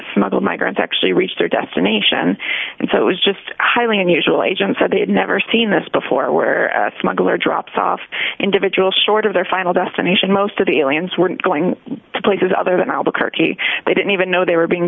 smuggled migrants actually reach their destination and so it was just highly unusual agents said they had never seen this before where a smuggler drops off individuals short of their final destination most of the aliens weren't going to places other than albuquerque they didn't even know they were being